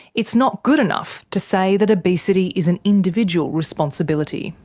it's not good enough to say that obesity is an individual responsibility.